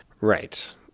Right